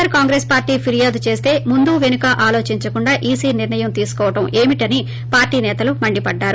are Congress party ఫిర్యాదు చేస్తే ముందూ వెనుక ఆలోచించకుండా ఈసీ నిర్ణయం తీసుకోవడమేంటని పార్టీ నేతలు మండిపడ్డారు